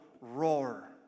roar